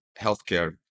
healthcare